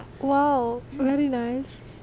!wow! very nice